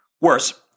Worse